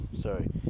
sorry